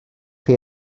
chi